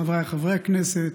חבריי חברי הכנסת,